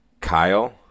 Kyle